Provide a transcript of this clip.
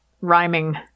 rhyming